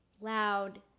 loud